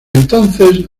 entonces